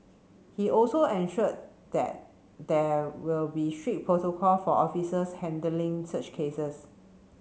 he also ensured that there will be strict protocol for officers handling such cases